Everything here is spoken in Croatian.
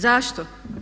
Zašto?